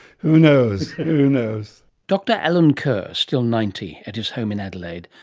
who knows, who knows. dr allen kerr, still ninety, at his home in adelaide.